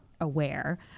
aware